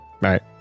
right